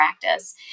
practice